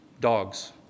Dogs